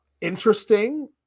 Interesting